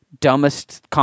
dumbest